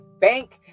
bank